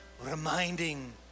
reminding